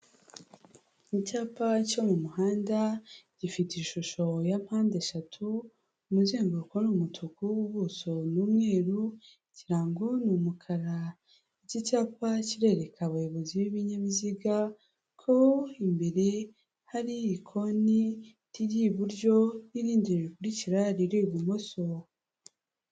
Icyapa cyo mu muhanda gifite ishusho ya mpande eshatu, umuzenguruko ni umutuku, ubuso ni umweru, ikirango ni umukara. Iki cyapa kirereka abayobozi b'ibinyabiziga ko imbere hari ikoni riri iburyo, n'irindi ririkurikira riri ibumoso.